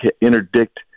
interdict